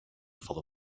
full